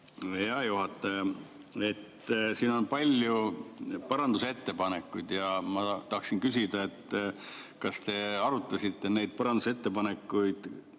Hea juhataja! Siin on palju parandusettepanekuid ja ma tahaksin küsida, kas te arutasite kõiki parandusettepanekuid